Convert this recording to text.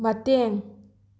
ꯃꯇꯦꯡ